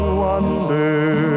wonder